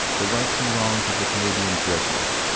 the rights and wrongs of the canadian jesuits,